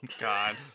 God